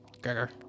Gregor